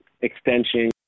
extension